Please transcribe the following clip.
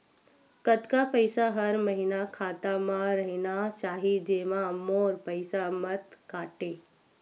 कतका पईसा हर महीना खाता मा रहिना चाही जेमा मोर पईसा मत काटे?